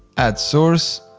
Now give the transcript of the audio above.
add source,